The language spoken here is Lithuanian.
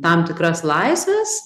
tam tikras laisves